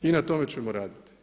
I na tome ćemo raditi.